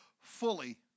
fully